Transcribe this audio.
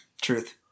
Truth